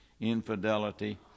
infidelity